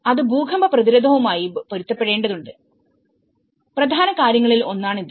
അത് ഭൂകമ്പ പ്രതിരോധവുമായി പൊരുത്തപ്പെടേണ്ടതുണ്ട് പ്രധാന കാര്യങ്ങളിൽ ഒന്നാണിത്